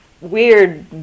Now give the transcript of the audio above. weird